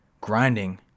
grinding